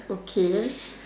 okay